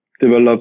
develop